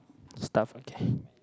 stuff okay